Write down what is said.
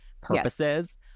purposes